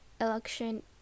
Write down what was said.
election